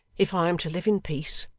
if i am to live in peace,